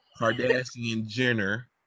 Kardashian-Jenner